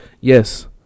yes